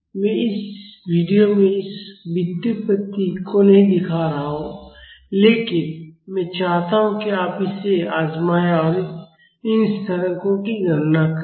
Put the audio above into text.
मैं इस वीडियो में इस व्युत्पत्ति को नहीं दिखा रहा हूं लेकिन मैं चाहता हूं कि आप इसे आजमाएं और इन स्थिरांकों की गणना करें